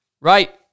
right